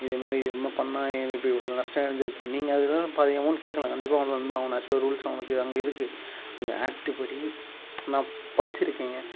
இது மாரி இதும பண்ணால் இப்போ இவ்வளோ நஷ்டம் அடைஞ்சிருக்கேன் நீங்கள் அதனால பாதி அமௌண்ட் கேட்கலாம் கண்டிப்பாக அவன் தந்தாகணும் ஆஸ் பர் ரூல்ஸ் அவனுக்கு அங்கே இருக்கு அந்த ஆக்ட்டு படி நான் படிச்சுருக்கேங்க